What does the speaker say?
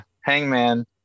Hangman